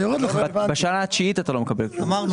בשנה התשיעית אתה לא מקבל כלום.